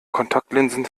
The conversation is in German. kontaktlinsen